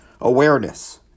awareness